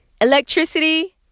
electricity